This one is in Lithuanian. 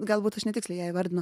galbūt aš netiksliai ją įvardinu